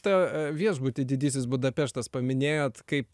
tą viešbutį didysis budapeštas paminėjot kaip